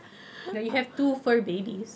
no you have two fur babies